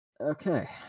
okay